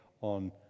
on